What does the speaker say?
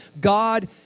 God